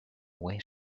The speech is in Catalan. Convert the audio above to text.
oest